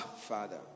Father